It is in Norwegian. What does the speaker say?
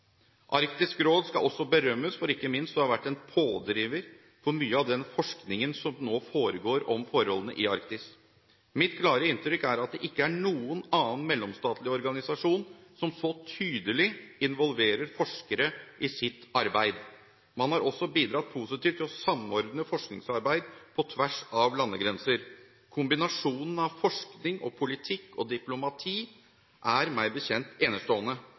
Arktisk råd skal også berømmes ikke minst for å ha vært en pådriver for mye av den forskningen på forholdene i Arktis som nå foregår. Mitt klare inntrykk er at det ikke er noen annen mellomstatlig organisasjon som så tydelig involverer forskere i sitt arbeid. Man har også bidratt positivt til å samordne forskningsarbeid på tvers av landegrenser. Kombinasjonen av forskning og politikk og diplomati er – meg bekjent – enestående